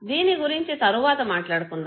దీని గురించి తరువాత మాట్లాడుకుందాము